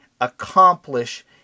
accomplish